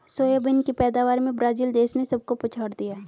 soybean की पैदावार में ब्राजील देश ने सबको पछाड़ दिया